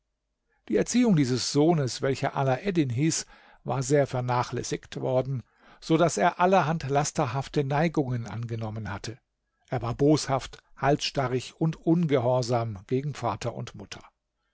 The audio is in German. die erziehung dieses sohnes welcher alaeddin hieß war sehr vernachlässigt worden so daß er allerhand lasterhafte neigungen angenommen hatte er war boshaft halsstarrig und ungehorsam gegen vater und mutter